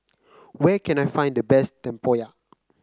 where can I find the best tempoyak